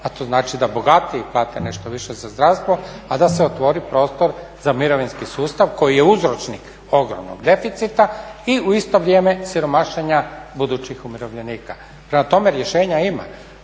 a to znači da bogatiji plate nešto više za zdravstvo a da se otvori prostor za mirovinski sustav koji je uzročnik ogromnog deficita i u isto vrijeme siromašenja budućih umirovljenika. Prema tome, rješenja ima,